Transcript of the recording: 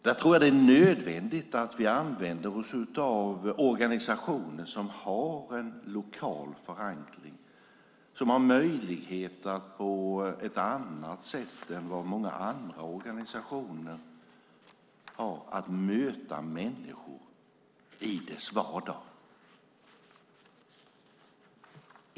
Där tror jag att det är nödvändigt att vi använder oss av organisationer som har lokal förankring och som har möjlighet att på ett annat sätt än många andra organisationer möta människor i deras vardag.